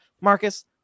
Marcus